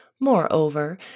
Moreover